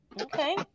Okay